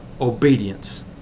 obedience